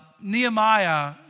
Nehemiah